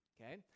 Okay